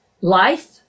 life